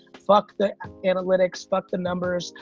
fuck the analytics, fuck the numbers,